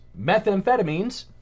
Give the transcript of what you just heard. methamphetamines